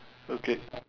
okay